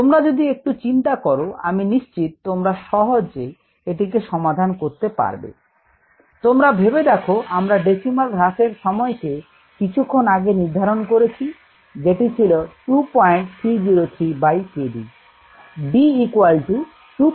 তোমরা যদি একটু চিন্তা করো আমি নিশ্চিত তোমরা সহজ একটি সমাধান করতে পারবে তোমরা ভেবে দেখো আমরা ডেসিমাল হ্রাসের সময়কে কিছুক্ষণ আগে নির্ধারণ করেছি যেটি ছিল 2303 বাই k d